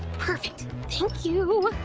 perfect, thank you!